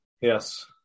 Yes